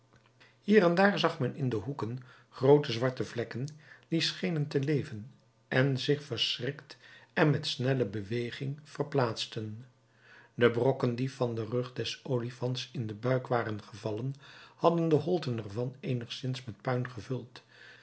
hier en daar zag men in de hoeken groote zwarte vlekken die schenen te leven en zich verschrikt en met snelle beweging verplaatsten de brokken die van den rug des olifants in den buik waren gevallen hadden de holte ervan eenigszins met puin gevuld